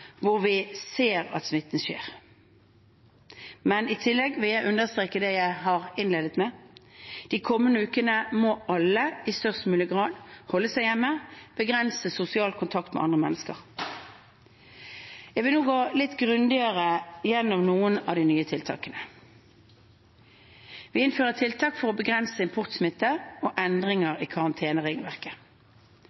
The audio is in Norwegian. vi ser at smitten skjer. I tillegg vil jeg understreke det jeg innledet med: De kommende ukene må alle i størst mulig grad holde seg hjemme og begrense sosial kontakt med andre mennesker. Jeg vil nå gå litt grundigere igjennom noen av de nye tiltakene. Vi innfører tiltak for å begrense importsmitte, og endringer